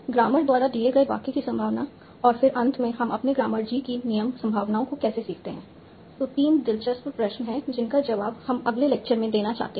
grammar द्वारा दिए गए वाक्य की संभावना और फिर अंत में हम अपने ग्रामर G की नियम संभावनाओं को कैसे सीखते हैं ये तीन दिलचस्प प्रश्न हैं जिनका जवाब हम अगले लेक्चर में देना चाहते हैं